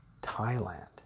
Thailand